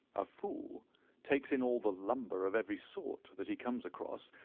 a fool takes in all the lumber of every sort that he comes across,